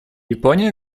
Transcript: япония